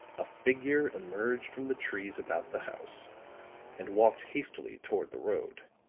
a figure emerged from the trees about the house and walked hastily toward the road